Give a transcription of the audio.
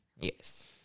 Yes